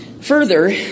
Further